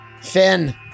Finn